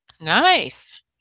Nice